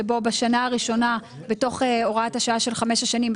שבו בשנה הראשונה בתוך הוראת השעה של חמש שנים,